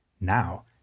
Now